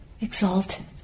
Exalted